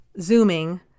Zooming